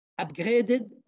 upgraded